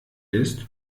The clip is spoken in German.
ist